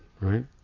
right